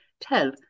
tell